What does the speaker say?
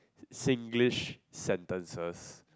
Singlish sentences